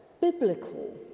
biblical